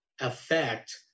affect